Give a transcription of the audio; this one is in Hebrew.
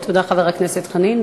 תודה, חבר הכנסת חנין.